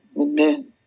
Amen